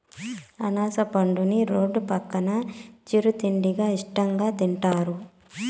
అనాస పండుని రోడ్డు పక్కన చిరు తిండిగా ఇష్టంగా తింటారు